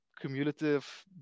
cumulative